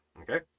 okay